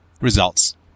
results